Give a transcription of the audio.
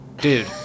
Dude